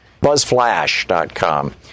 BuzzFlash.com